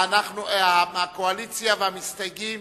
הקואליציה והמסתייגים